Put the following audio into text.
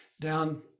Down